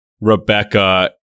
Rebecca